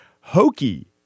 hokey